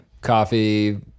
Coffee